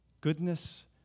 Goodness